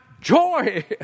joy